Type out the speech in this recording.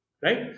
Right